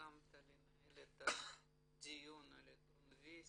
שהסכמת לנהל את הדיון על העיתון,